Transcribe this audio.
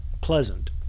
pleasant